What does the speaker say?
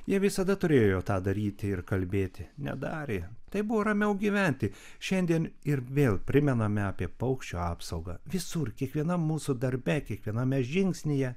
jie visada turėjo tą daryti ir kalbėti nedarė taip buvo ramiau gyventi šiandien ir vėl primename apie paukščių apsaugą visur kiekvienam mūsų darbe kiekviename žingsnyje